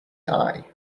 eye